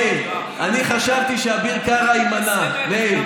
מאיר, אני חשבתי שאביר קארה יימנע, מאיר.